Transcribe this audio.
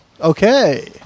Okay